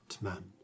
man